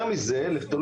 מה זה קשור?